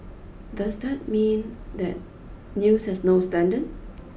does that mean that news has no standard